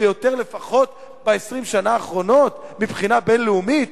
ביותר לפחות ב-20 שנה האחרונות מבחינה בין-לאומית,